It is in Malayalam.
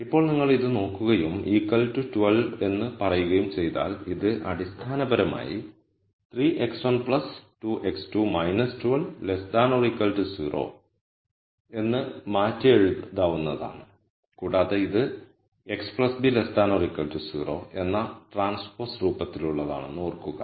ഇപ്പോൾ നിങ്ങൾ ഇത് നോക്കുകയും 12 എന്ന് പറയുകയും ചെയ്താൽ ഇത് അടിസ്ഥാനപരമായി 3 x1 2 x2 12 0 എന്ന് മാറ്റിയെഴുതാവുന്നതാണ് കൂടാതെ ഇത് x b 0 എന്ന ട്രാൻസ്പോസ് രൂപത്തിലുള്ളതാണെന്ന് ഓർക്കുക